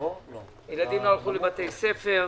ילדים לא הלכו לבתי ספר,